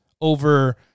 over